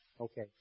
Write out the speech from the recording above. Okay